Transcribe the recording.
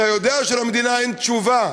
אתה יודע שלמדינה אין תשובה,